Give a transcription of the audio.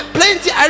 plenty